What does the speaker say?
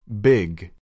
Big